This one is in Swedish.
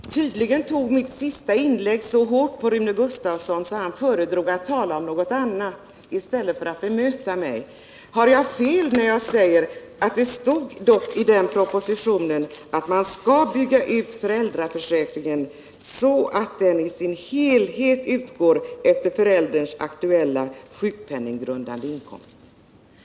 Herr talman! Tydligen tog mitt sista inlägg så hårt på Rune Gustavsson att han föredrog att tala om något annat i stället för att bemöta mig. Har jag fel när jag säger att det dock stod i propositionen att man skall bygga ut föräldraförsäkringen så att den i sin helhet utgår efter förälderns aktuella sjukpenninggrundande inkomst?